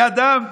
היה דם,